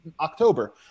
October